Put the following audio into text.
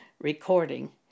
recording